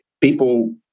people